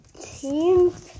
teams